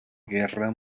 guerra